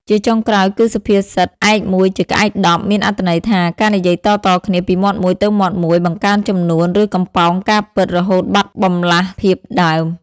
ជាចុងក្រោយគឺសុភាសិត "ក្អែកមួយជាក្អែកដប់" មានអត្ថន័យថា ការនិយាយតៗគ្នាពីមាត់មួយទៅមាត់មួយ បង្កើនចំនួនឬបំប៉ោងការពិតរហូតបាត់បម្លាស់ភាពដើម។